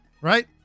Right